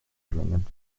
verlängert